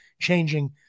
changing